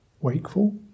wakeful